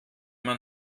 man